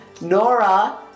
Nora